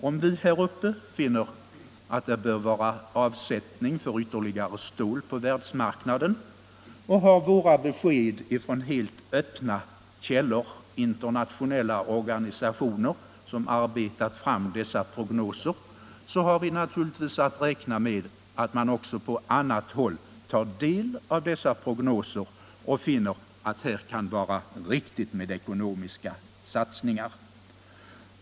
Om vi här uppe finner att det bör finnas avsättning för ytterligare stål på världsmarknaden och har våra besked från helt öppna källor — internationella organisationer, som arbetat fram dessa prognoser — har vi naturligtvis att räkna med att man också på annat håll tar del av dessa prognoser och finner att det kan vara riktigt med ekonomiska satsningar.